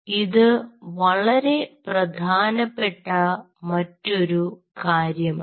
ഇത് വളരെ പ്രധാനപ്പെട്ട മറ്റൊരു കാര്യമാണ്